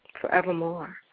forevermore